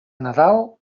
nadal